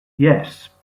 yes